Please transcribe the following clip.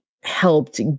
helped